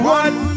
one